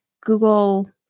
Google